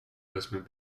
investment